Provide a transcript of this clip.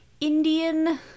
Indian